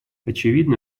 очевидно